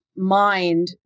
mind